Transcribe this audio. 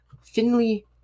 Finley